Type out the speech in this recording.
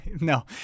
No